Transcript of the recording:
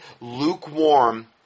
lukewarm